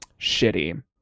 shitty